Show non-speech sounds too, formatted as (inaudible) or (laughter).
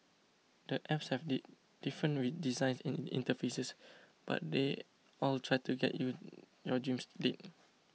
the apps have (unintelligible) different (unintelligible) designs in interfaces but they all try to get you your dream date